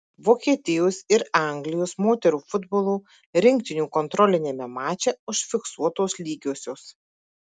vokietijos ir anglijos moterų futbolo rinktinių kontroliniame mače užfiksuotos lygiosios